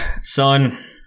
Son